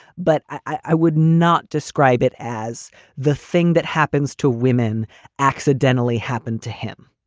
but i would not describe it as the thing that happens to women accidentally happened to him.